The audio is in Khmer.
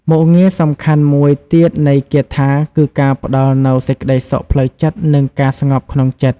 មុខងារសំខាន់មួយទៀតនៃគាថាគឺការផ្តល់នូវសេចក្តីសុខផ្លូវចិត្តនិងការស្ងប់ក្នុងចិត្ត។